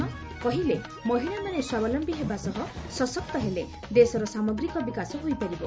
କହିଲେ ମହିଳାମାନେ ସ୍ୱାବଲମ୍ୟୀ ହେବା ସହ ସଶକ୍ତ ହେଲେ ଦେଶର ସାମଗ୍ରିକ ବିକାଶ ହୋଇପାରିବ